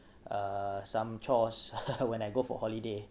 uh some chores when I go for holiday